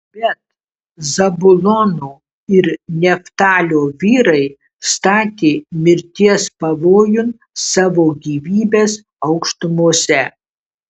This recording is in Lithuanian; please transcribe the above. bet zabulono ir neftalio vyrai statė mirties pavojun savo gyvybes aukštumose